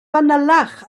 fanylach